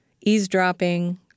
eavesdropping